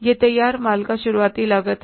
यह तैयार माल का शुरुआती भंडार है